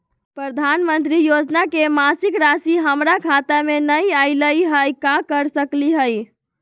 प्रधानमंत्री योजना के मासिक रासि हमरा खाता में नई आइलई हई, का कर सकली हई?